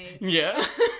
Yes